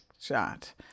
shot